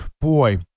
Boy